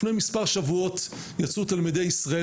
לפני מספר שבועות יצאו תלמידי ישראל,